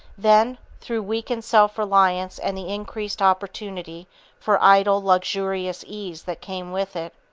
then, through weakened self-reliance and the increased opportunity for idle, luxurious ease that came with it,